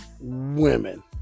women